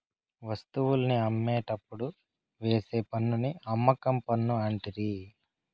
వస్తువుల్ని అమ్మేటప్పుడు వేసే పన్నుని అమ్మకం పన్ను అంటిరి